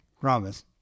Promise